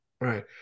right